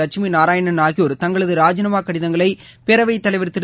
வட்சுமி நாராயணன் ஆகியோர் தங்களது ராஜினாமா கடிதங்களை பேரவைத் தனலவர் திரு